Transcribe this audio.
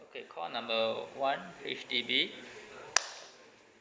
okay call number one H_D_B